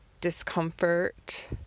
discomfort